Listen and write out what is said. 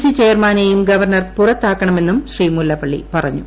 C ചെയർമാനേയും governor പുറത്താക്കണമെന്നും ശ്രീ മുല്ലപ്പളളി പറഞ്ഞു